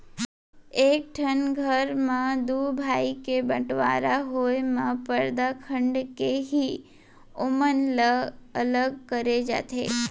एक ठन घर म दू भाई के बँटवारा होय म परदा खंड़ के ही ओमन ल अलग करे जाथे